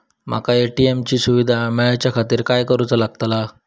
माका ए.टी.एम ची सुविधा मेलाच्याखातिर काय करूचा लागतला?